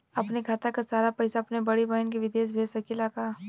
अपने खाते क सारा पैसा अपने बड़ी बहिन के विदेश भेज सकीला का?